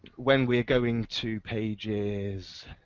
when we're going to pages